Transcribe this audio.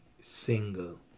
single